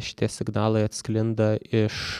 šitie signalai atsklinda iš